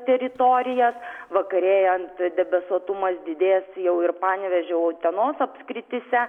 teritorijas vakarėjant debesuotumas didės jau ir panevėžio utenos apskrityse